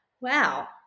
Wow